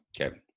Okay